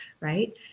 right